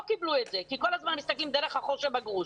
לא קיבלו את זה כי כל הזמן מסתכלים דרך החור שבגרוש,